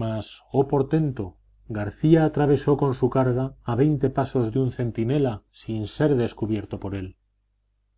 mas oh portento garcía atravesó con su carga a veinte pasos de un centinela sin ser descubierto por él